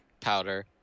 powder